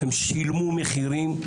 הם שילמו מחירים.